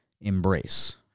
embrace